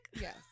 Yes